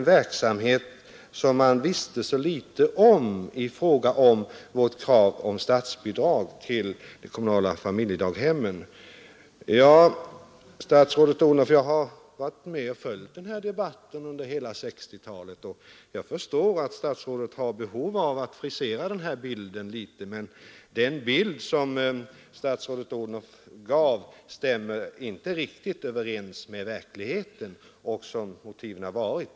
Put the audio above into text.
Statsrådet Odhnoff sade också, beträffande vårt krav på statsbidrag till de kommunala familjedaghemmen, att socialdemokraterna motsatte sig en verksamhet som man visste så litet om. Ja, statsrådet Odhnoff, jag har följt denna debatt under hela 1960-talet och förstår att statsrådet har behov av att något frisera den här bilden. Men den bild som statsrådet Odhnoff gav stämmer inte riktigt överens med verkligheten och de motiv som har framförts.